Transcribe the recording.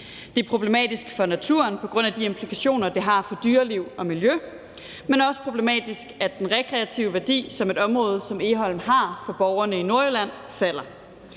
Det er problematisk for naturen på grund af de implikationer, det har for dyreliv og miljø, men også problematisk, at den rekreative værdi, som et område som Egholm har for borgerne i Nordjylland,